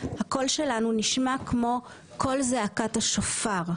הקול שלנו נשמע כמו קול זעקת השופר,